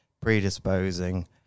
predisposing